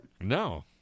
No